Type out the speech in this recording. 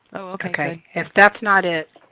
if that's not it,